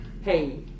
Hey